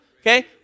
Okay